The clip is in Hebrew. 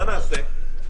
מה נעשה?